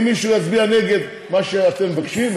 אם מישהו יצביע נגד מה שאתם מבקשים,